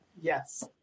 Yes